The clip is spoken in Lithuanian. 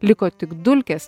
liko tik dulkės